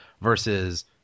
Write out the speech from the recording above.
versus